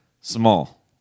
Small